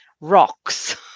rocks